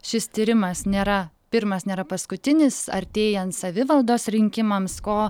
šis tyrimas nėra pirmas nėra paskutinis artėjant savivaldos rinkimams ko